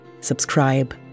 subscribe